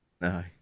No